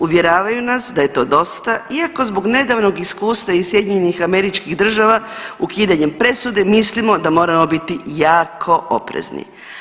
Uvjeravaju nas da je to dosta iako zbog nedavnog iskustva iz SAD-a ukidanjem presude mislimo da moramo biti jako oprezni.